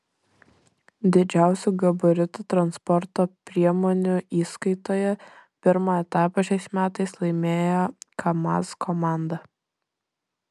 didžiausių gabaritų transporto priemonių įskaitoje pirmą etapą šiais metais laimėjo kamaz komanda